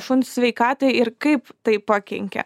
šuns sveikatai ir kaip tai pakenkia